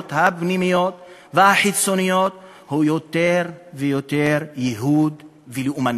הפנימיות והחיצוניות הוא יותר ויותר ייהוד ולאומנות.